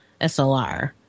SLR